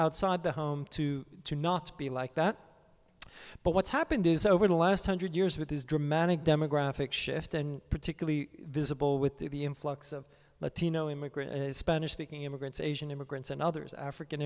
outside the home to not be like that but what's happened is over the last hundred years with these dramatic demographic shift and particularly visible with the influx of latino immigrant spanish speaking immigrants asian immigrants and others african